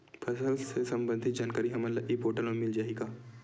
फसल ले सम्बंधित जानकारी हमन ल ई पोर्टल म मिल जाही का?